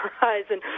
horizon